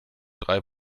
drei